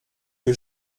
que